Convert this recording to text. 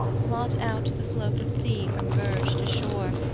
blot out the slope of sea from verge to shore,